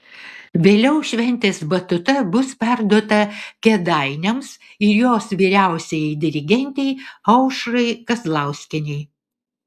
vėliau šventės batuta bus perduota kėdainiams ir jos vyriausiajai dirigentei aušrai kazlauskienei